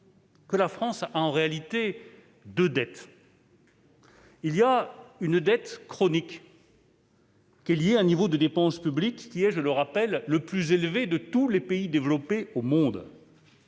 -, la France a en réalité deux dettes. La dette chronique est liée au niveau des dépenses publiques, qui est, je le rappelle, le plus élevé de tous les pays développés au monde.